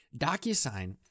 DocuSign